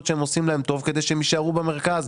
שהם עושים להם טוב כדי שיישארו במרכז,